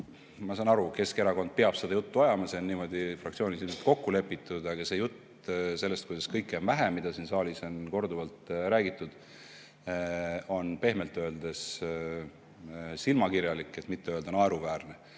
Ma saan aru, et Keskerakond peab seda juttu ajama, see on niimoodi fraktsioonis kokku lepitud, aga see jutt, et kõike on vähe, nagu siin saalis on korduvalt räägitud, on pehmelt öeldes silmakirjalik, kui mitte öelda naeruväärne. Kui